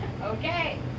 Okay